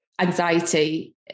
anxiety